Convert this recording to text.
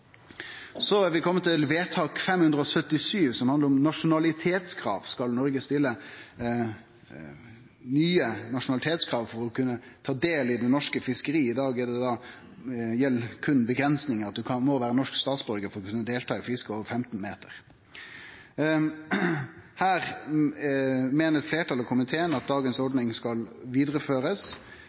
Så er vi komne til vedtak nr. 577 for 2015–2016, som handlar om nasjonalitetskrav. Skal Noreg stille nye nasjonalitetskrav for å kunne ta del i norske fiskeri? I dag gjeld berre den avgrensinga at ein må vere norsk statsborgar for å kunne delta som eigar i fiske på fartøy over 15 meter. Her meiner fleirtalet av komiteen at ordninga av i dag skal